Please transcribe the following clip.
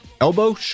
elbow